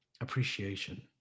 appreciation